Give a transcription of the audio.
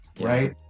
right